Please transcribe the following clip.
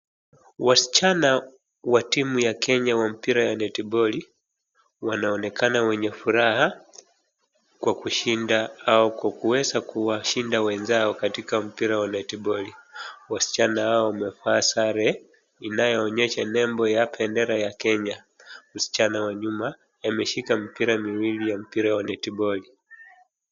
Wasichana wa watimu ya Kenya wa mpira ya netiboli wanaonekana wenye furaha kwa kushinda au kwa kuweza kuwashinda wenzao katika mpira wa netiboli. Wasichana hao wamevaa sare inayoonyesha nembo ya bendera ya Kenya. Msichana wa nyuma ameshika mipira miwili ya mpira wa netiboli.